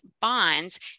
bonds